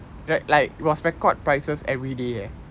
that like was record prices everyday eh